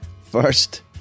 First